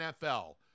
NFL